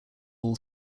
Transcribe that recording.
all